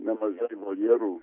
nemažai voljerų